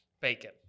bacon